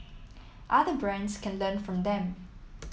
other brands can learn from them